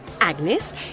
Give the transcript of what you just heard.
Agnes